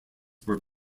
were